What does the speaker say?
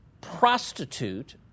prostitute